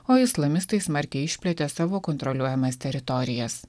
o islamistai smarkiai išplėtė savo kontroliuojamas teritorijas